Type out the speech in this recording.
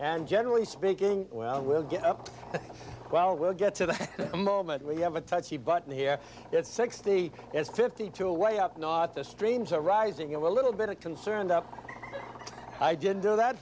and generally speaking well we'll get well we'll get to the moment we have a touchy button here it's sixty fifty two away up not the streams are rising a little bit concerned i didn't do that